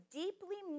deeply